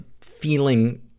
feeling